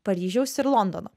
paryžiaus ir londono